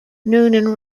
noonan